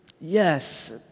Yes